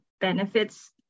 benefits